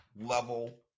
level